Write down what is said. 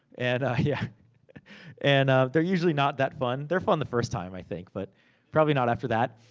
and yeah and ah they're usually not that fun. they're fun the first time, i think. but probably not after that.